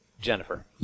Jennifer